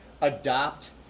adopt